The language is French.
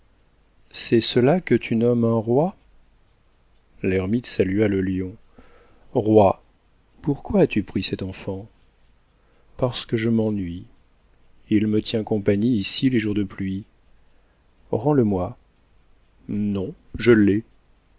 c'est cela que tu nommes un roi l'ermite salua le lion roi pourquoi as-tu pris cet enfant parce que je m'ennuie il me tient compagnie ici les jours de pluie rends le moi non je l'ai